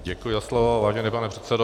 Děkuji za slovo, vážený pane předsedo.